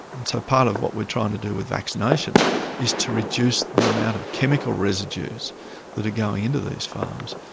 and so part of what we're trying to do with vaccination is to reduce the amount of chemical residues that are going into these farms,